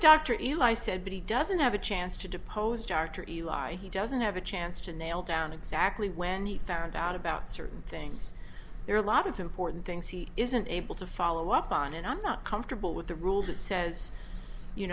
i said but he doesn't have a chance to depose dartrey he doesn't have a chance to nail down exactly when he found out about certain things there are a lot of important things he isn't able to follow up on and i'm not comfortable with the rule that says you